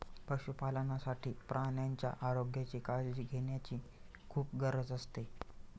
पशुपालनासाठी प्राण्यांच्या आरोग्याची काळजी घेण्याची खूप गरज असते